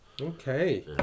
Okay